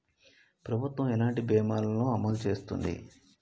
ప్రభుత్వం ఎలాంటి బీమా ల ను అమలు చేస్తుంది?